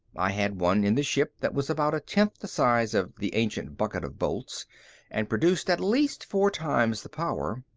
i had one in the ship that was about a tenth the size of the ancient bucket of bolts and produced at least four times the power.